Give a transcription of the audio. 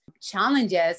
challenges